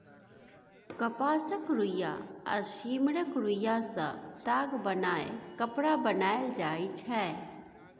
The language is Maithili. कपासक रुइया आ सिम्मरक रूइयाँ सँ ताग बनाए कपड़ा बनाएल जाइ छै